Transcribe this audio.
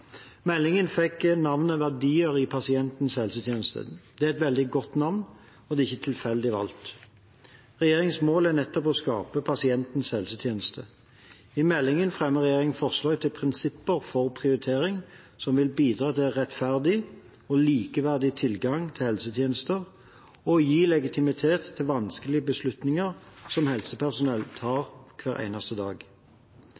Meldingen fikk navnet «Verdier i pasientens helsetjeneste». Det er et veldig godt navn, og det er ikke tilfeldig valgt. Regjeringens mål er nettopp å skape pasientens helsetjeneste. I meldingen fremmer regjeringen forslag til prinsipper for prioritering som vil bidra til en rettferdig og likeverdig tilgang til helsetjenester og gi legitimitet til vanskelige beslutninger som helsepersonell tar